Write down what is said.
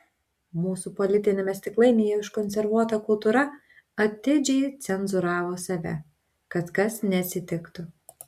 mūsų politiniame stiklainyje užkonservuota kultūra atidžiai cenzūravo save kad kas neatsitiktų